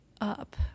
up